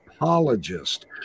apologist